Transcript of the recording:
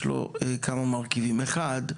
יש לו כמה מרכיבים: אחד,